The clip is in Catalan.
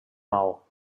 maó